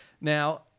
Now